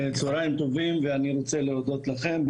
צוהריים טובים ואני רוצה להודות לכם,